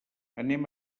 anem